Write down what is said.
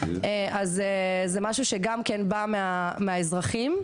זה משהו שגם בא מהאזרחים.